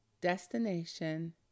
destination